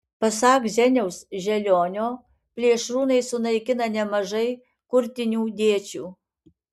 pasak zeniaus želionio plėšrūnai sunaikina nemažai kurtinių dėčių